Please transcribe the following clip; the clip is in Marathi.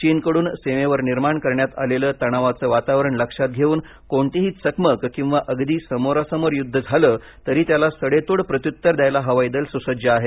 चीनकडून सीमेवर निर्माण करण्यात आलेले तणावाचे वातावरण लक्षात घेऊन कोणतीही चकमक किंवा अगदी समोरासमोर युद्ध झाले तरी त्याला सडेतोड प्रत्युत्तर द्यायला हवाई दल सुसज्ज आहे